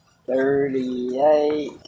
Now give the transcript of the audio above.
Thirty-eight